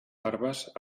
barbes